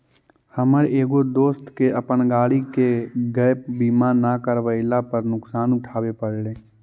हमर एगो दोस्त के अपन गाड़ी के गैप बीमा न करवयला पर नुकसान उठाबे पड़लई